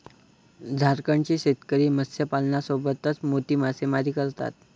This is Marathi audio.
झारखंडचे शेतकरी मत्स्यपालनासोबतच मोती मासेमारी करतात